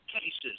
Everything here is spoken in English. cases